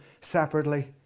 separately